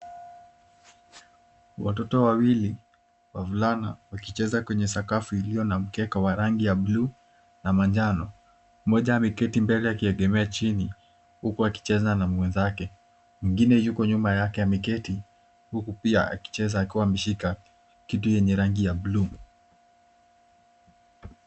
Watoto wawili wavulana wakicheza kwenye sakafu iliyo na mkeka wa rangi ya buluu na manjano. MMoja ameketi mbele akiegemea chini huku akicheza na mwenzake, mwingine ako nyuma yake ameketi huku pia akicheza akiwa ameshika kitu yenye rangi ya buluu.